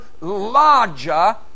larger